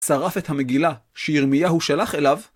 צרף את המגילה שירמיהו שלח אליו.